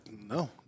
no